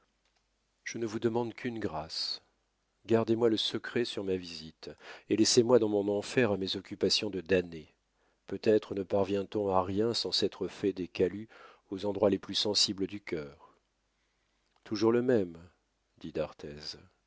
je ne vous demande qu'une grâce gardez-moi le secret sur ma visite et laissez-moi dans mon enfer à mes occupations de damné peut-être ne parvient on à rien sans s'être fait des calus aux endroits les plus sensibles du cœur toujours le même